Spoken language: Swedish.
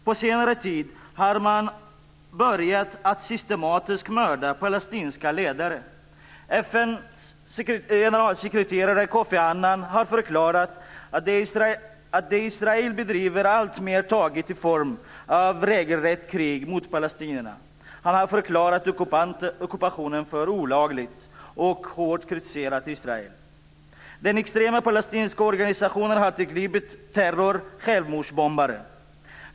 På senare tid har man börjat att systematiskt mörda palestinska ledare. FN:s generalsekreterare Kofi Annan har förklarat att det Israel bedriver alltmer tagit formen av ett regelrätt krig mot palestinierna. Han har förklarat ockupationen för olaglig och hårt kritiserat Israel. Den extrema palestinska organisationen har tillgripit terror, nämligen självmordsbombare.